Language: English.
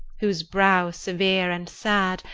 whose brow severe and sad,